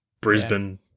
Brisbane